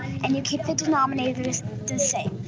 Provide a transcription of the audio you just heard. and you keep the denominators the same,